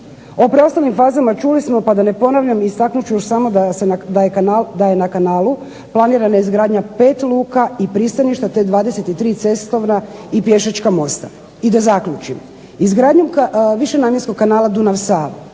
O preostalim fazama čuli smo, pa da ne ponavljam istaknut ću još samo da je na kanalu planirana izgradnja 5 luka i pristaništa te 23 cestovna i pješačka mosta. I da zaključim izgradnjom višenamjenskog kanala Dunav-Sava